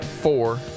four